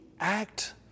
act